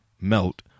Melt